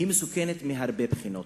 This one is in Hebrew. מסוכנת מהרבה בחינות.